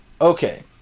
Okay